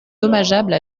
dommageable